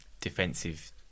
defensive